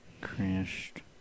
crashed